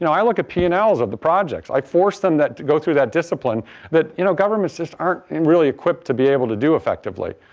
you know i look at p and ls of the projects. i force them that to go through that discipline that you know governments just aren't really equipped to be able to do effectively.